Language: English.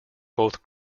both